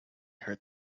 her